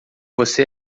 você